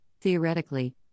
theoretically